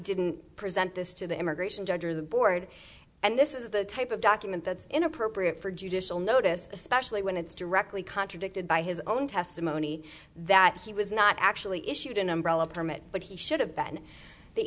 didn't present this to the immigration judge or the board and this is the type of document that's inappropriate for judicial notice especially when it's directly contradicted by his own testimony that he was not actually issued an umbrella permit but he should have been the